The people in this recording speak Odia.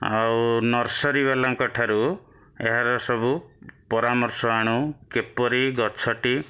ଆଉ ନର୍ସରୀବାଲାଙ୍କ ଠାରୁ ଏହାର ସବୁ ପରାମର୍ଶ ଆଣୁ କିପରି ଗଛଟି